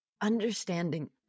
understanding